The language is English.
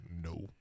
No